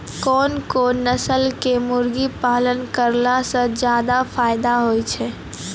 कोन कोन नस्ल के मुर्गी पालन करला से ज्यादा फायदा होय छै?